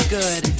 good